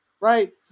Right